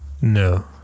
No